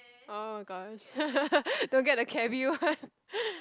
orh gosh don't get the cabby one